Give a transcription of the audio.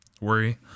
worry